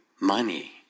money